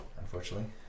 unfortunately